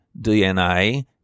DNA